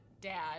Dad